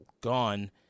gone